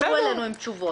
ותחזרו אלינו עם התשובות.